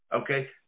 Okay